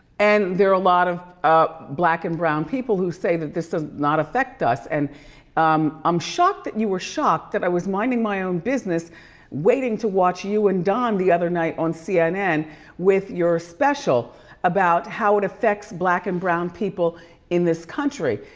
and there are a lot of black and brown people who say that this does not affect us. and um i'm shocked that you were shocked that i was minding my own business waiting to watch you and don the other night on cnn with your special about how it affects black and brown people in this country.